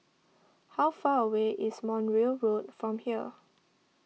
how far away is Montreal Road from here